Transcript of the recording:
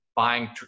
buying